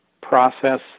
process